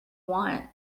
want